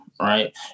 right